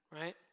right